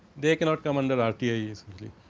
they cannot come under rti essentially,